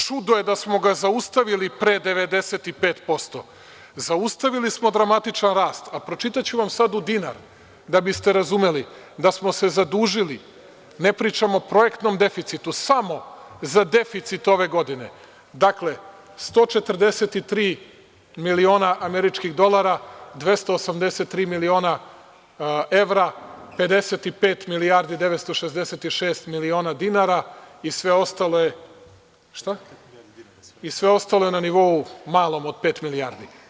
Čudo je da smo ga zaustavili pre 95%, zaustavili smo dramatičan rast, a pročitaću vam sad u dinar da biste razumeli, da smo se zadužili, ne pričam o projektnom deficitu, samo za deficit ove godine, dakle 143 miliona američkih dolara, 283 miliona evra, 55.966.000.000. dinara, i sve ostale na nivou malom na pet milijardi.